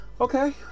Okay